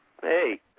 Hey